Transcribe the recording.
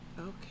okay